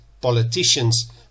politicians